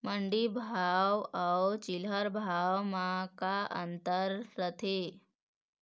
मंडी भाव अउ चिल्हर भाव म का अंतर रथे?